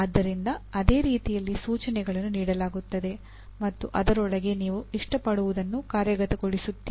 ಆದ್ದರಿಂದ ಅದೇ ರೀತಿಯಲ್ಲಿ ಸೂಚನೆಗಳನ್ನು ನೀಡಲಾಗುತ್ತದೆ ಮತ್ತು ಅದರೊಳಗೆ ನೀವು ಇಷ್ಟಪಡುವದನ್ನು ಕಾರ್ಯಗತಗೊಳಿಸುತ್ತೀರಿ